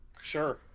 Sure